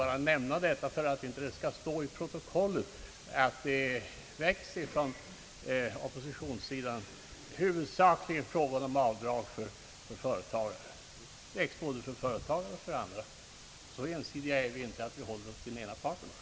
Jag nämner detta för att det inte skall stå i protokollet att de motioner om skattelättnader som väckts från oppositionens sida huvudsakligen gäller lättnader för företagen. Så ensidiga är vi inte att vi enbart håller oss till den ena parten.